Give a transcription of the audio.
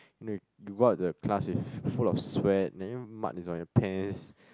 and then you go out the class with full of sweat and then mud is on your pants